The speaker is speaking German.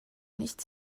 nicht